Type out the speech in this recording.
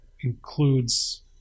includes